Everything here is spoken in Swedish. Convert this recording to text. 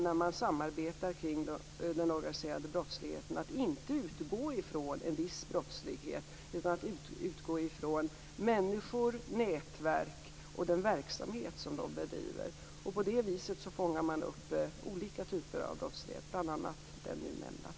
När man samarbetar kring den organiserade brottsligheten handlar det om att inte utgå från en viss brottslighet utan om att utgå från människor och nätverk och den verksamhet som de bedriver. På det viset fångar man upp olika typer av brottslighet, bl.a. den nu nämnda.